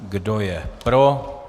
Kdo je pro?